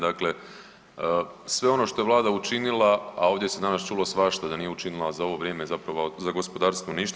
Dakle, sve ono što je Vlada učinila, a ovdje se danas čulo svašta, da nije učinila za ovo vrijeme zapravo za gospodarstvo ništa.